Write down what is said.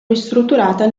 ristrutturata